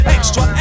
Extra